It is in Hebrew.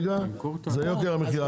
זה יוקר המחייה.